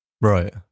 Right